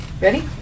Ready